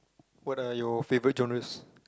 what are your favourite journals